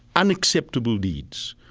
unacceptable deeds,